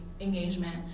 engagement